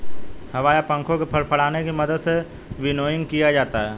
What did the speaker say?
हवा या पंखों के फड़फड़ाने की मदद से विनोइंग किया जाता है